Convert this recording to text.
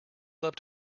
love